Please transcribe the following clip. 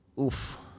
Oof